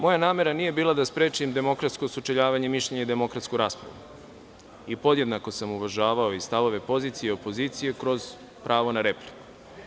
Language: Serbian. Moja namera nije bila da sprečim demokratsko sučeljavanje mišljenja i demokratsku raspravu i podjednako sam uvažavao i stavove pozicije i opozicije kroz pravo na repliku.